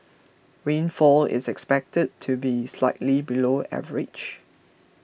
rainfall is expected to be slightly below average